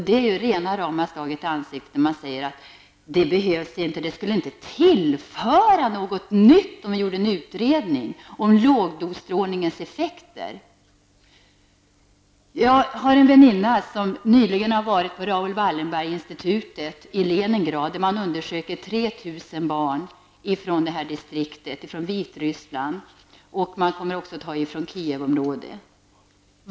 Det är ju ett slag i ansiktet när man säger att det inte behövs, eftersom en utredning om lågdosstrålningens effekter inte skulle tillföra någonting nytt. Jag har en väninna som nyligen har besökt Raoul Wallenberg-institutet i Leningrad. Där undersökte man 3 000 barn från Vitryssland. Det kommer också att göras undersökningar på barn från Kijevområdet.